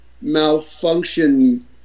malfunction